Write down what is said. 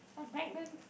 I'm pregnant